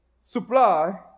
Supply